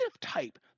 type